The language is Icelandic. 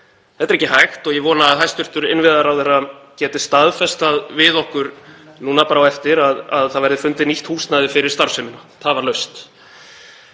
Þetta er ekki hægt og ég vona að hæstv. innviðaráðherra geti staðfest það við okkur núna bara á eftir að það verði fundið nýtt húsnæði fyrir starfsemina tafarlaust.